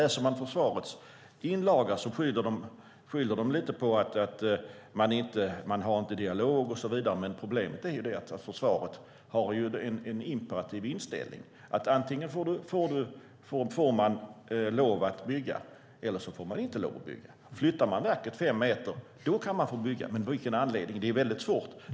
I försvarets inlaga skyller man lite på att man inte har dialog och så vidare, men problemet är att försvaret har en imperativ inställning: Antingen får man lov att bygga, eller så får man inte lov att bygga. Flyttar man verket 5 meter kan man få bygga, men av vilken anledning? Det är väldigt svårt.